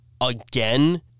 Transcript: again